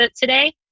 today